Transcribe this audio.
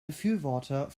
befürworter